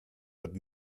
but